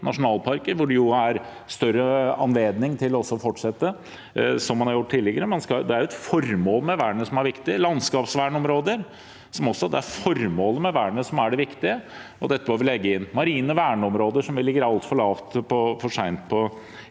nasjonalparker, hvor det jo er større anledning til å fortsette som man har gjort tidligere. Det er formålet med vernet som er viktig. I landskapsvernområder er det også formålet med vernet som er det viktige, og dette må vi legge inn – også marine verneområder, som vi ligger altfor langt etter